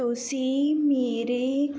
ਤੁਸੀਂ ਮੇਰੇ